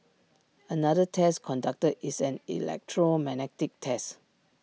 another test conducted is an electromagnetic test